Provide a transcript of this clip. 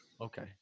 Okay